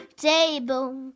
Table